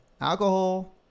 Alcohol